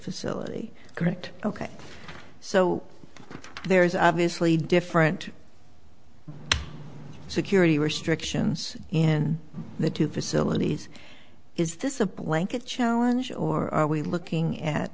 facility correct ok so there is obviously different security restrictions in the two facilities is this a blanket challenge or are we looking at